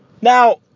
Now